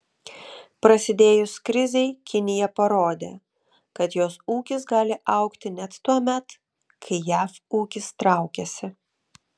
prasidėjus krizei kinija parodė kad jos ūkis gali augti net tuomet kai jav ūkis traukiasi